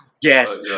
yes